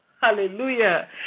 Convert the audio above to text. hallelujah